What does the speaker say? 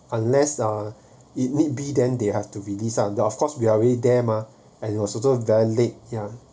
unless uh it need be then they have to release then of course we are with them also there was very late